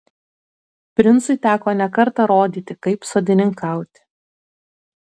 princui teko ne kartą rodyti kaip sodininkauti